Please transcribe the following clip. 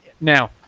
Now